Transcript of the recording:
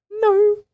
no